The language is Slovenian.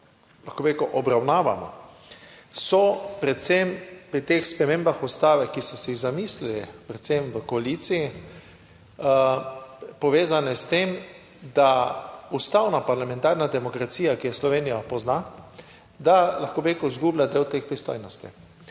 lahko bi rekel, obravnavamo, so predvsem pri teh spremembah Ustave, ki ste si jih zamislili, predvsem v koaliciji, povezane s tem, da ustavna parlamentarna demokracija, ki jo Slovenija pozna, da lahko bi rekel izgublja del teh pristojnosti.